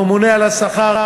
לממונה על השכר,